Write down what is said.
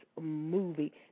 movie